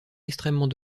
extrêmement